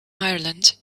ireland